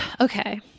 Okay